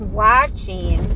watching